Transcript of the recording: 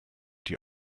die